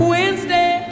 Wednesday